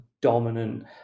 dominant